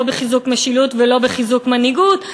לא בחיזוק משילות ולא בחיזוק מנהיגות,